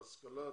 ההשכלה,